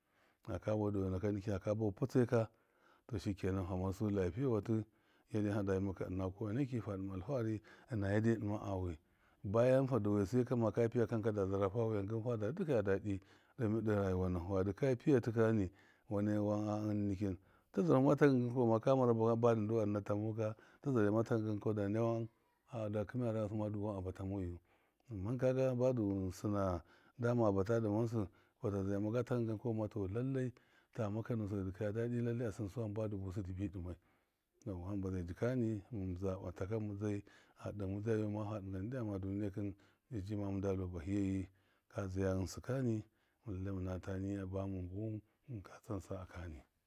Haka bafu dawaɨ nɨkya, haka bafu pɨtsaɨ ka to sheka nan fa marsu lyapɨye watɨ ena hada bɨ maka ɨna kowene ki fa ɗɨma alfahari ɨna yadde ɗɨma a wi bɔyan fa dawai sai kama ka pɨya kamma da zara fa wiya ngɨm ka fada dɨkaya dadɨ de rayuwa nahu, fa dɨkaya piyatṫ kɔmi wane wan a innikɨn ta zarhuma taka ngɨn kɔma ka mara badu ndu a nɨnata mau ka ta zaryama taka ngɨn kau daya wan ɗa kṫmaya rayi wasɨ madu wan a bata majɨ ama kaga badɨ sɨna dama a bata dama ghɨnsɨ fata zarya maga taka ngɨn kau ma to lalle ta maka nusɨ dɨ dikaya dɨdɨ lallai a sɨnsu hamba dɨ busɨ diɨbɨ dɨmaɨ yauwa hamba zaɨ jikani mɨn zaɓa taka mɨdzai a ɗe mɨdzayayo mafa dɨnga ndyama duniya kɨn njɨjɨ ma mɨndalu, bahiyayi ka zaya ghɨnsɨ kanɨ to lallai mɨnafa niyya ba mɨn buwɨn ku tsau sa. a kani.